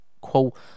quote